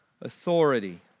authority